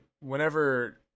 whenever